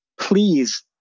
please